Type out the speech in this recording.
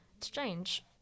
Strange